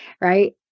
right